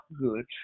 good